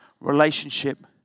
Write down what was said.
relationship